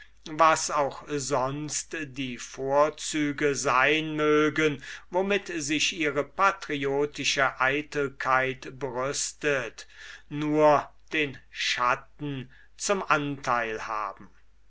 was auch sonst die vorzüge sein mögen womit sich ihre patriotische eitelkeit brüstet nur den schatten zum anteil haben